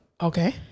okay